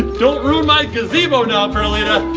don't ruin my gazebo, now perlita.